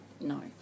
no